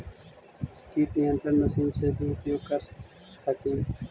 किट नियन्त्रण मशिन से भी उपयोग कर हखिन?